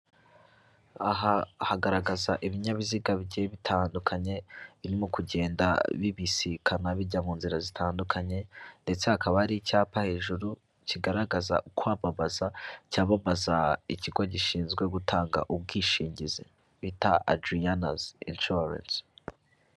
Aha hagaragaza ibinyabiziga bigiye bitandukanye birimo kugenda bibisikana bijya mu nzira zitandukanye ndetse hakaba hari icyapa hejuru kigaragaza kwamamaza, cyamamaza ikigo gishinzwe gutanga ubwishingizi bita Adriana's Insurance.